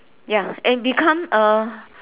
ya and become a